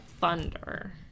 thunder